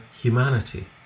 humanity